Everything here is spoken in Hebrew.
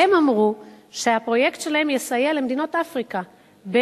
והם אמרו שהפרויקט שלהם יסייע למדינות אפריקה לחטא